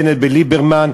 בנט בליברמן?